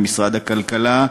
למשרד הכלכלה,